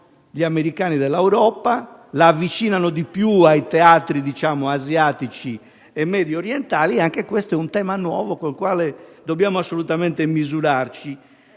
gli americani dall'Europa, avvicinandoli di più ai teatri asiatici e mediorientali. Anche questo è un tema nuovo, con il quale dobbiamo assolutamente misurarci.